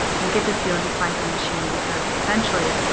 you get to feel just like a machine because, essentially,